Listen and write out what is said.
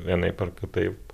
vienaip ar kitaip